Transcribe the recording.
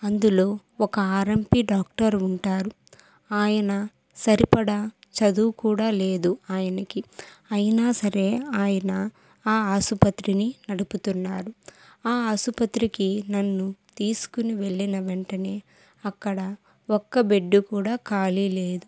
అందులో ఒక R M P doctor ఉంటారు ఆయన సరిపడా చదువు కూడా లేదు ఆయనకి అయినా సరే ఆయన ఆ ఆసుపత్రిని నడుపుతున్నారు ఆ ఆసుపత్రికి నన్ను తీసుకుని వెళ్ళిన వెంటనే అక్కడ ఒక్క బెడ్ కూడా ఖాళీ లేదు